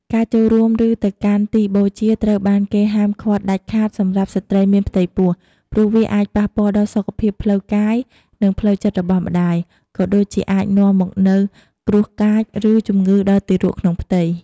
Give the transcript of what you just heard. ការចូលរួម ឬទៅកាន់ទីបូជាត្រូវបានគេហាមឃាត់ដាច់ខាតសម្រាប់ស្ត្រីមានផ្ទៃពោះ ព្រោះវាអាចប៉ះពាល់ដល់សុខភាពផ្លូវកាយ និងផ្លូវចិត្តរបស់ម្តាយ ក៏ដូចជាអាចនាំមកនូវគ្រោះកាច ឬជំងឺដល់ទារកក្នុងផ្ទៃ។